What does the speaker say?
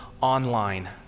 online